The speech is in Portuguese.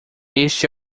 este